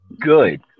good